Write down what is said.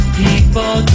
people